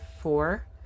four